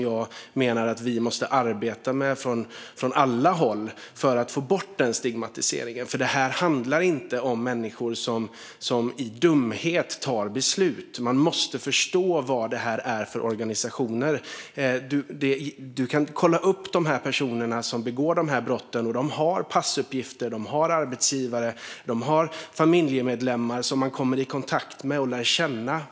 Jag menar att vi måste arbeta från alla håll för att få bort den stigmatiseringen, för det handlar inte om människor som av dumhet tar beslut. Man måste förstå vad det är för organisationer. Du kan kolla upp de personer som begår dessa brott. De har passuppgifter. De har arbetsgivare. De har familjemedlemmar som man kommer i kontakt med och lär känna.